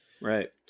Right